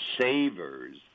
savers